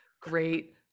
great